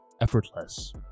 effortless